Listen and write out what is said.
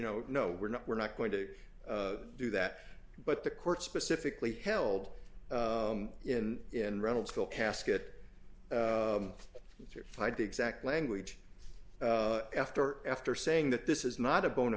know no we're not we're not going to do that but the court specifically held in in reynolds school casket to fight the exact language after after saying that this is not a bona